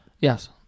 yes